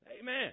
Amen